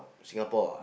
Singapore ah